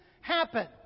happen